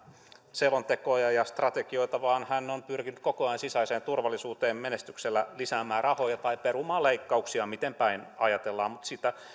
selontekoja ja strategioita vaan ministeri on pyrkinyt koko ajan menestyksellä sisäiseen turvallisuuteen lisäämään rahoja tai perumaan leikkauksia miten päin vain ajatellaan mutta